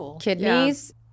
kidneys